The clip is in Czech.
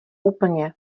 úplně